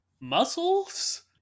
muscles